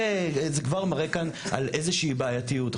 זה כבר מראה כאן על איזושהי בעיתיות.